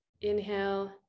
inhale